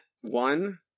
one